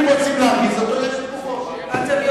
אם רוצים להרגיז אותו, יש תגובות.